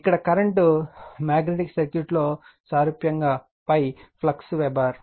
ఇక్కడ current magnetic సర్క్యూట్లో సారూప్యంగా ∅ ఫ్లక్స్ వెబెర్